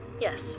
Yes